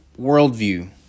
worldview